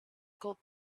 got